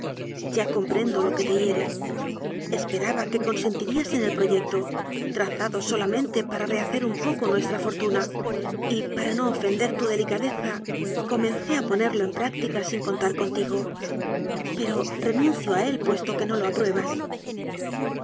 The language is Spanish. ya comprendo lo que te hiere esperaba que consentirías en el proyecto trazado solamente para rehacer un poco nuestra fortuna y para no ofen der tu delicadeza comencé a ponerlo en práctica sin contar contigo pero renuncio a él puesto que no lo apruebas